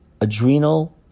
adrenal